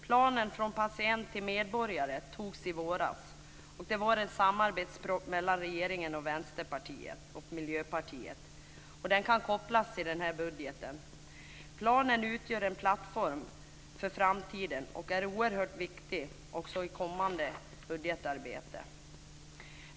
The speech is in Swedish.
Planen Från patient till medborgare antogs i våras. Det var en samarbetsproposition mellan regeringen, Vänsterpartiet och Miljöpartiet. Den kan kopplas till den här budgeten. Planen utgör en plattform för framtiden och är oerhört viktig också i kommande budgetarbete.